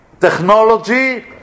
technology